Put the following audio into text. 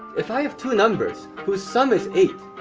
if i have two numbers whose sum is eight,